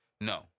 No